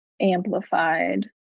amplified